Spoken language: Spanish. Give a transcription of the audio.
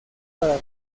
para